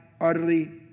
utterly